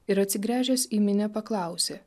ir atsigręžęs į minią paklausė